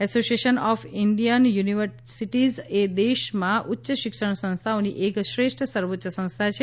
association of Indian universities એ દેશમાં ઉચ્ય શિક્ષણ સંસ્થાઓની એક શ્રેષ્ઠ સર્વોચ્ય સંસ્થા છે